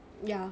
ya